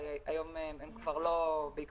והיום הם כבר לא עושים את זה,